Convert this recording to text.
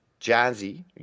Jazzy